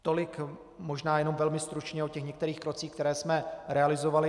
Tolik možná jenom velmi stručně o některých krocích, které jsme realizovali.